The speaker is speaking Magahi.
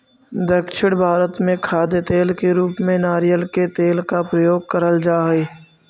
दक्षिण भारत में खाद्य तेल के रूप में नारियल के तेल का प्रयोग करल जा हई